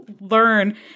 learn